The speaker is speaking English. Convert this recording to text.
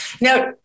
Now